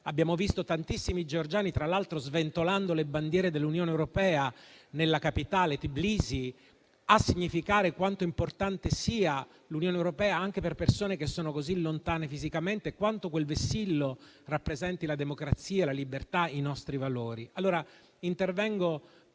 abbiamo visto tantissimi georgiani che sventolavano le bandiere dell'Unione europea nella capitale, Tiblisi, per significare quanto importante sia l'Unione europea anche per persone che sono così lontane fisicamente e quanto quel vessillo rappresenti la democrazia, la libertà e i nostri valori.